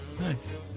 Nice